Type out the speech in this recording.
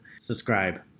subscribe